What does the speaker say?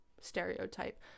stereotype